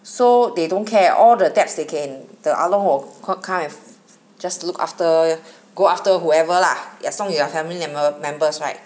so they don't care all the debts they can tio 啊窿 or co~ come and fi~ just look after go after whoever lah 也算你的 family memb~ members right